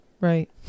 Right